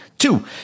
Two